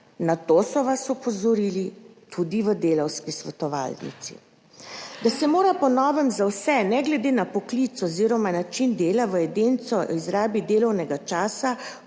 Na to so vas opozorili tudi v Delavski svetovalnici. Da se mora po novem za vse, ne glede na poklic oziroma način dela, v evidenco o izrabi delovnega časa